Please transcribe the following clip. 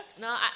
No